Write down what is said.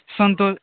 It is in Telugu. సంతో